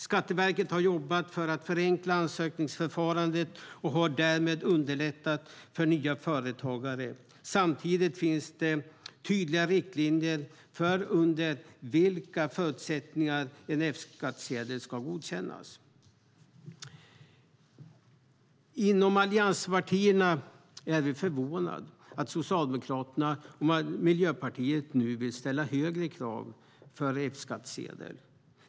Skatteverket har jobbat för att förenkla ansökningsförfarandet och har därmed underlättat för nya företagare. Samtidigt finns det tydliga riktlinjer för under vilka förutsättningar en F-skattsedel ska godkännas. Inom allianspartierna är vi förvånade över att Socialdemokraterna och Miljöpartiet vill ställa högre krav för att få F-skattsedel.